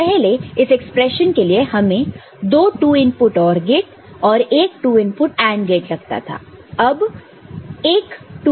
पहले इस एक्सप्रेशन के लिए हमें दो 2 इनपुट OR गेट और एक 2 इनपुट AND गेट लगता था